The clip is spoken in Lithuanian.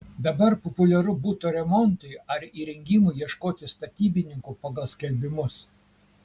dabar populiaru buto remontui ar įrengimui ieškoti statybininkų pagal skelbimus